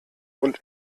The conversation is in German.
und